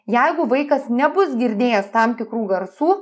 jeigu vaikas nebus girdėjęs tam tikrų garsų